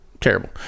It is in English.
Terrible